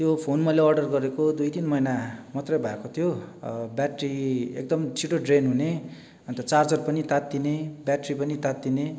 त्यो फोन मैले अर्डर गरेको दुई तिन महिना मात्रै भएको थियो ब्याट्री एकदम छिटो ड्रेन हुने अन्त चार्जर पनि तात्तिने ब्याट्री पनि तात्तिने